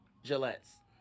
Gillette's